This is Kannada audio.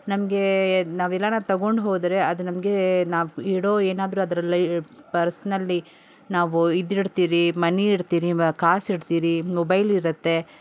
ನಮಗೆ ನಾವು ಏನಾರು ತೊಗೊಂಡು ಹೋದರೆ ಅದು ನಮಗೆ ನಾವು ಇಡೋ ಏನಾದ್ರೂ ಅದ್ರಲ್ಲಿ ಪರ್ಸನಲ್ಲಿ ನಾವು ಇದು ಇಡ್ತೀರಿ ಮನಿ ಇಡ್ತೀರಿ ಕಾಸು ಇಡ್ತೀರಿ ಮೊಬೈಲ್ ಇರುತ್ತೆ